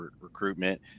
recruitment